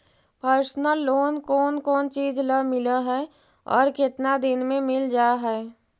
Personal loan कोन कोन चिज ल मिल है और केतना दिन में मिल जा है?